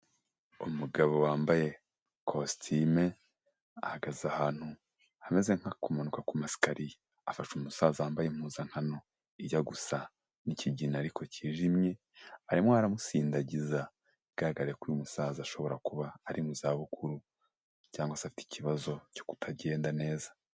Umugabo wambaye kositime, ahagaze ahantu hameze nk'aho ari kumanuka ku mesikariye, afasha umusaza wambaye impuzankano ijya gusa nk'ikigina ariko cyijimye, arimo aramusindagiza, bigaragare ko uyu musaza ashobora kuba ari mu zabukuru cyangwase afite ikibazo cyo kutagenda neza.